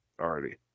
already